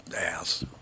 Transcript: ass